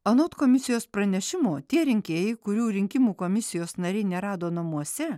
anot komisijos pranešimo tie rinkėjai kurių rinkimų komisijos nariai nerado namuose